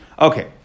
Okay